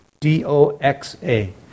D-O-X-A